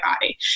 body